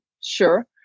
Sure